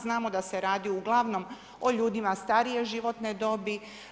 Znamo da se radi uglavnom o ljudima starije životne dobi.